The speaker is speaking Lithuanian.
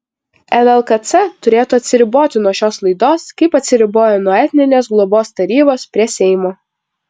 llkc turėtų atsiriboti nuo šios laidos kaip atsiribojo nuo etninės globos tarybos prie seimo